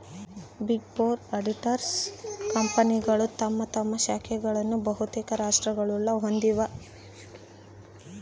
big four auditors ಕಂಪನಿಗಳು ತಮ್ಮ ತಮ್ಮ ಶಾಖೆಗಳನ್ನು ಬಹುತೇಕ ರಾಷ್ಟ್ರಗುಳಾಗ ಹೊಂದಿವ